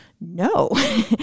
no